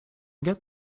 get